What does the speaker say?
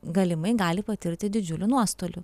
galimai gali patirti didžiulių nuostolių